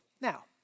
Now